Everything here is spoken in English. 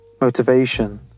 Motivation